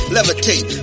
Levitate